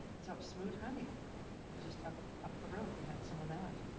so smooth honey just up up the road, you had some of that.